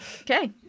okay